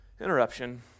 Interruption